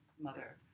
mother